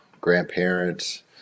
grandparents